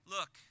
Look